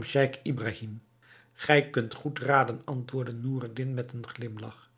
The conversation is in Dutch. scheich ibrahim gij kunt goed raden antwoordde noureddin met een glimlach